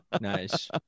Nice